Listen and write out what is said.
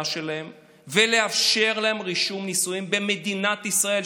שלהם ולאפשר להם רישום נישואים במדינת ישראל,